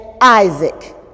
Isaac